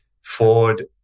Ford